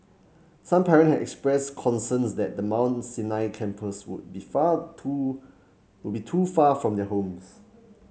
some parent had expressed concerns that the Mount Sinai campus would be far too would be too far from their homes